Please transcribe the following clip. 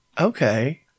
Okay